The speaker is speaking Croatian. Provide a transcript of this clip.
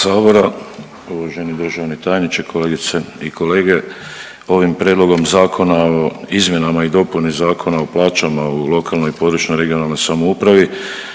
sabora, uvaženi državni tajniče, kolegice i kolege ovim Prijedlogom Zakona o izmjenama i dopuni Zakona o plaćam u lokalnoj i područnoj (regionalnoj) samoupravi